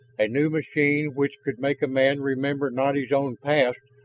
a new machine which could make a man remember not his own past,